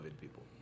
people